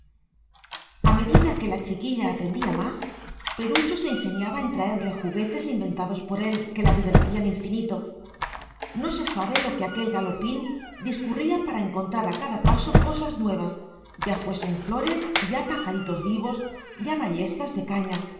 a medida que la chiquilla atendía más perucho se ingeniaba en traerle juguetes inventados por él que la divertían infinito no se sabe lo que aquel galopín discurría para encontrar a cada paso cosas nuevas ya fuesen flores ya pajaritos vivos ya ballestas de caña